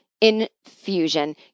infusion